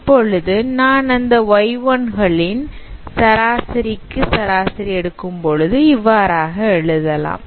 இப்பொழுது நான் அந்த y1 களின் சராசரி க்கு சராசரி எடுக்கும்பொழுது இவ்வாறாக எழுதலாம்